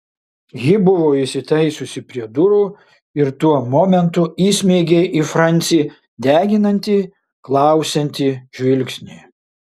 ji buvo įsitaisiusi prie durų ir tuo momentu įsmeigė į francį deginantį klausiantį žvilgsnį